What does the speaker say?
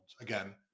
again